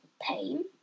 pain